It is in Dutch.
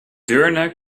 deurne